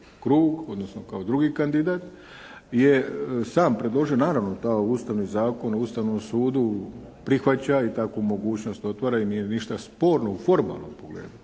odnosno kao drugi kandidat je sam predložen. Naravno, to Ustavni zakon o Ustavnom sudu prihvaća i takvu mogućnost otvara i nije ništa sporno u formalnom pogledu.